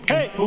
Hey